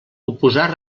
oposar